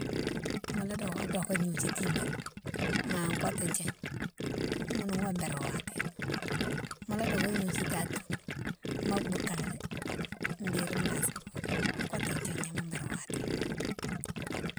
Mola doké doké gnodiou tibate ma kotou thié ghounou gouwa birame watéke, mola doké gnodiou itade tou ma boukalé dé dérine mo lasi dini kotithié gnama birame watéke.